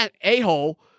a-hole